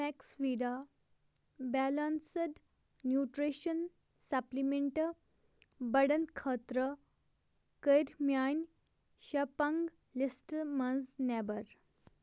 Maxvida balanced nutrition سپلِمنٛٹہٕ بڑٮ۪ن خٲطرٕ کٔرۍ میانہِ شَپَنگ لسٹہٕ منٛز نٮ۪بر